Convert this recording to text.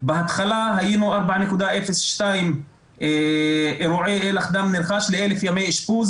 בהתחלה היינו 4.02 אירועי אלח דם נרכש ל-1,000 ימי אשפוז